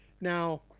Now